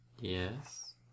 Yes